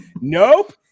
Nope